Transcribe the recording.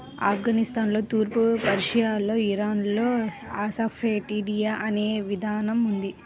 ఆఫ్ఘనిస్తాన్లో, తూర్పు పర్షియాలో, ఇరాన్లో అసఫెటిడా అనే విధానం ఉంది